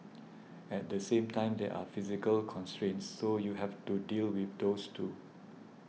at the same time there are physical constraints so you have to deal with those too